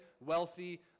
wealthy